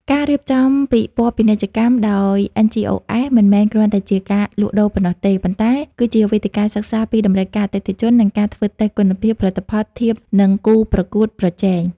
ការរៀបចំពិព័រណ៍ពាណិជ្ជកម្មដោយ NGOs មិនមែនគ្រាន់តែជាការលក់ដូរប៉ុណ្ណោះទេ ប៉ុន្តែគឺជាវេទិកាសិក្សាពីតម្រូវការអតិថិជន និងការធ្វើតេស្តគុណភាពផលិតផលធៀបនឹងគូប្រកួតប្រជែង។